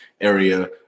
area